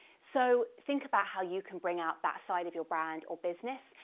so think about how you can bring out that side of your brand or business,